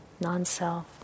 non-self